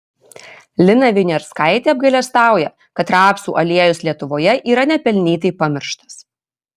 lina viniarskaitė apgailestauja kad rapsų aliejus lietuvoje yra nepelnytai pamirštas